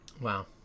Wow